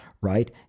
right